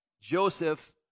Joseph